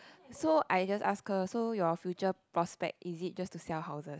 so I just ask her so your future prospect is it just to sell houses